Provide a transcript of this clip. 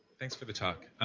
thanks for the talk.